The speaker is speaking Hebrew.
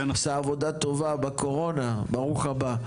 עשה עבודה טובה בקורונה, ברוך הבא.